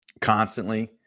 constantly